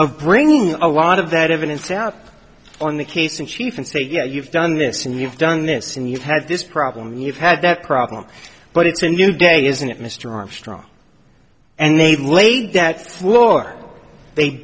of bringing a lot of that evidence out on the case in chief and say you know you've done this and you've done this and you've had this problem you've had that problem but it's a new day isn't it mr armstrong and they laid that floor they